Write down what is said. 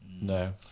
no